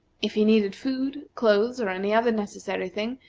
if he needed food, clothes, or any other necessary thing,